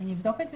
אני אבדוק את זה.